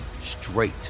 straight